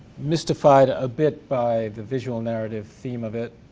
mystified a bit by the visual narrative theme of it.